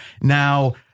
Now